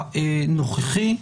בנוסח הנוכחי.